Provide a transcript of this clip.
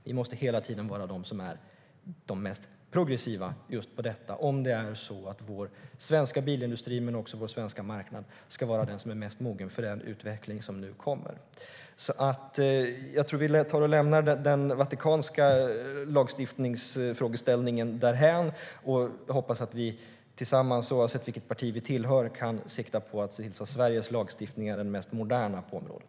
Vi måste hela tiden vara de mest progressiva på detta om vår svenska bilindustri men också vår svenska marknad ska vara den som är mest mogen för den utveckling som nu kommer. Jag tycker att vi lämnar den vatikanska lagstiftningsfrågeställningen därhän och hoppas att vi tillsammans, oavsett vilket parti vi tillhör, kan sikta på att se till så att Sveriges lagstiftning är den mest moderna på området.